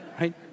Right